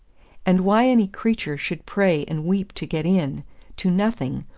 and why any creature should pray and weep to get in to nothing,